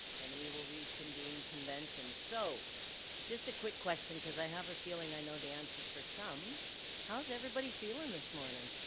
and we will reconvene convention so just a quick question cuz i have a feeling i know the answer for some how's everybody feeling this morning